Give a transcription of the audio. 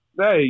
hey